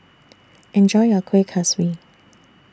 Enjoy your Kueh Kaswi